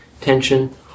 tension